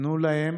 תנו להם